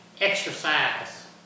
exercise